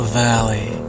valley